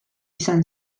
izan